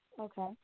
Okay